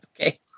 Okay